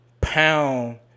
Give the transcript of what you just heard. Pound